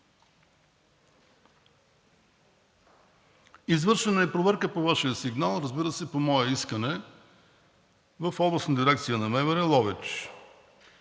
Извършена е проверка по Вашия сигнал, разбира се, по мое искане в Областна дирекция на МВР – Ловеч.